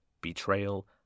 betrayal